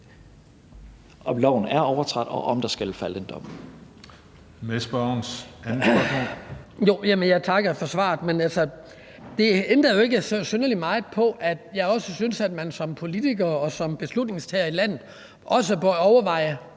om loven er overtrådt, og om der skal falde en dom.